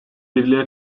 birliğe